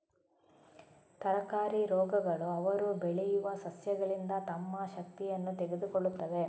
ತರಕಾರಿ ರೋಗಗಳು ಅವರು ಬೆಳೆಯುವ ಸಸ್ಯಗಳಿಂದ ತಮ್ಮ ಶಕ್ತಿಯನ್ನು ತೆಗೆದುಕೊಳ್ಳುತ್ತವೆ